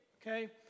Okay